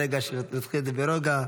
ברוגע,